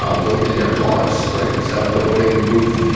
ah vote in their cars. right. we set up the voting booth,